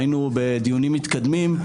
היינו בדיונים מתקדמים,